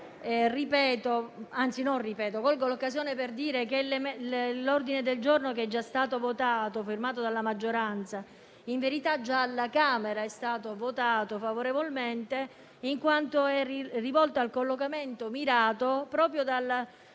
colgo l'occasione per dire che l'ordine del giorno che è già stato votato, firmato dalla maggioranza, in verità già alla Camera è stato votato favorevolmente in quanto è rivolto al collocamento mirato proprio da